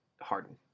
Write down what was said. Harden